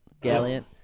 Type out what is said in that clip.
Gallant